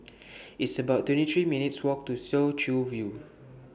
It's about twenty three minutes' Walk to Soo Chow View